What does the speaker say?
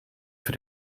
für